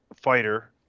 fighter